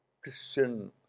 Christian